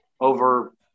over